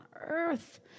earth